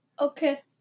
Okay